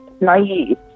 naive